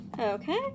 Okay